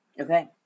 Okay